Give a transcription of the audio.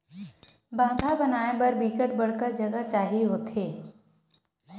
बांधा बनाय बर बिकट बड़का जघा चाही होथे